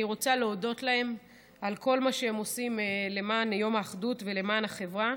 אני רוצה להודות להן על כל מה שהן עושות למען יום האחדות ולמען החברה.